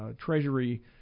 treasury